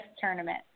tournament